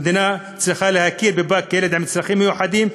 המדינה צריכה להכיר בפג כילד עם צרכים מיוחדים,